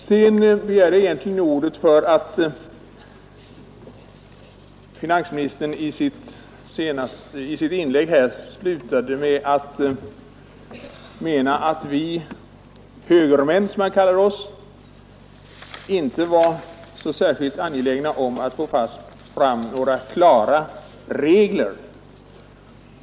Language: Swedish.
Jag begärde egentligen ordet därför att finansministern i slutet av sitt inlägg sade att vi högermän, som han kallade oss, inte var så särskilt angelägna om att få fram några klara regler.